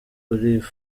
ariko